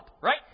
right